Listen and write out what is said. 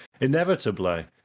inevitably